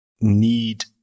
need